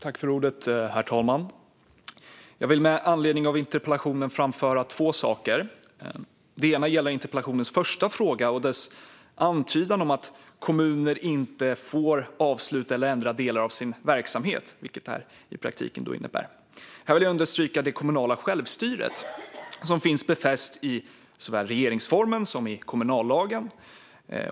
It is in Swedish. Herr talman! Jag vill med anledning av interpellationen framföra två saker. Den ena saken gäller interpellationens första fråga och dess antydan att kommuner inte får avsluta eller ändra delar av sin verksamhet, vilket frågan i praktiken innebär. Här vill jag understryka det kommunala självstyret, som finns befäst i såväl regeringsformen som kommunallagen.